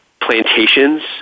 plantations